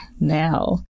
now